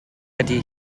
ydy